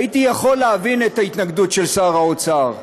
הייתי יכול להבין את ההתנגדות של שר האוצר,